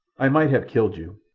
i might have killed you,